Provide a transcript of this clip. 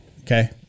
okay